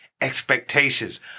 Expectations